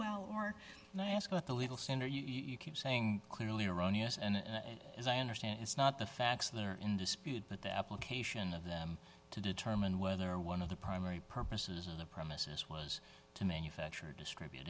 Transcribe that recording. well or i ask about the legal center you keep saying clearly erroneous and as i understand it's not the facts that are in dispute but the application of them to determine whether one of the primary purposes of the premises was to manufacture distribute